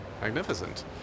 Magnificent